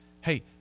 Hey